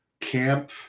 camp